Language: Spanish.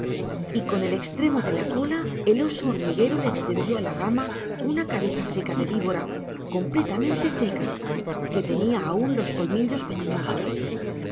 y con el extremo de la cola el oso hormiguero le extendió a la gama una cabeza seca de víbora completamente seca que tenía aún los colmillos venenosos